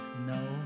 no